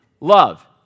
love